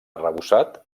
arrebossat